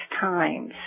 times